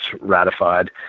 ratified